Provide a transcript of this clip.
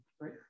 right